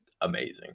amazing